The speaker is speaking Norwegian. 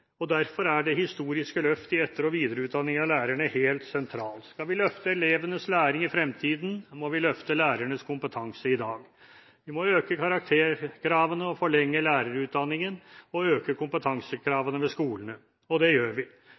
teknologiutvikling. Derfor er det historiske løftet i etter- og videreutdanningen av lærerne helt sentralt. Skal vi løfte elevenes læring i fremtiden, må vi løfte lærernes kompetanse i dag. Vi må øke karakterkravene, forlenge lærerutdanningen og øke kompetansekravene ved skolene – og det gjør vi.